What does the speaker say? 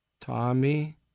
Tommy